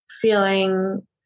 feeling